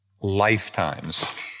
lifetimes